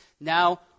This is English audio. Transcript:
now